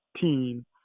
team